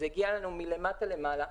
וזה הגיע לנו מלמטה למעלה,